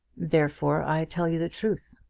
therefore i tell you the truth.